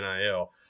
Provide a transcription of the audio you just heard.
NIL